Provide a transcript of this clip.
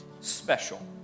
special